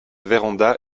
véranda